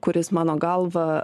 kuris mano galva